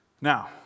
Now